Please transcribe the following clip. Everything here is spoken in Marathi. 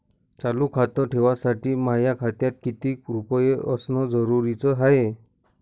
खातं चालू ठेवासाठी माया खात्यात कितीक रुपये असनं जरुरीच हाय?